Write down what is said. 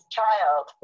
child